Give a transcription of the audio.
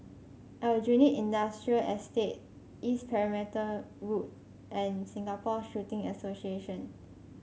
Aljunied Industrial Estate East Perimeter Road and Singapore Shooting Association